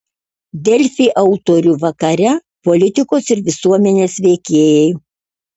delfi autorių vakare politikos ir visuomenės veikėjai